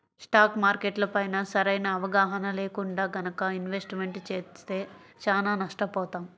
stock మార్కెట్లపైన సరైన అవగాహన లేకుండా గనక ఇన్వెస్ట్మెంట్ చేస్తే చానా నష్టపోతాం